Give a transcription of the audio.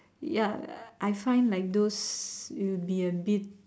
ya I find like those will be a bit